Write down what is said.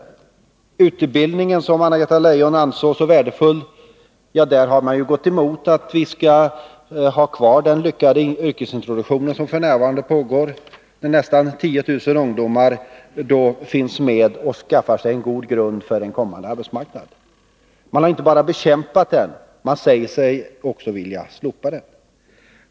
I fråga om utbildningen, som Anna-Greta Leijon ansåg så värdefull, har socialdemokraterna gått emot att vi skall ha kvar den framgångsrika yrkesintroduktionen, som f. n. pågår. Nästan 10 000 ungdomar finns med i den och skaffar sig en god grund för ett kommande arbetsliv. Och har inte bara bekämpat den, ni säger att ni också vill slopa den!